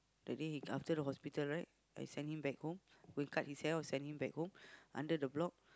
that day he after the hospital right I send him back home we cut his hair send him back home under the block